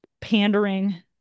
pandering